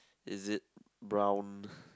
is it brown